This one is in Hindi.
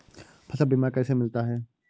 फसल बीमा कैसे मिलता है?